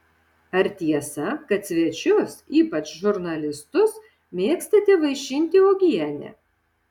ar tiesa kad svečius ypač žurnalistus mėgstate vaišinti uogiene